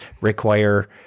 require